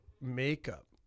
makeup